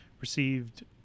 received